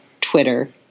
Twitter